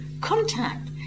contact